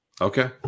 okay